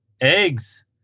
eggs